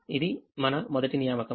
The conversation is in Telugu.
ఇది మన మొదటి నియామకం